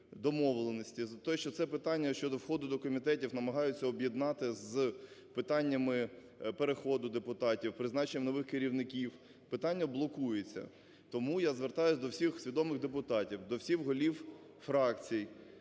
домовленості, з-за того, що це питання щодо входу до комітетів намагаються об'єднати з питаннями переходу депутатів, призначенням нових керівників, – питання блокується. Тому я звертаюсь до всіх свідомих депутатів, до всіх голів фракцій